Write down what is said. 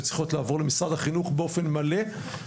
צריכות לעבור למשרד החינוך באופן מלא,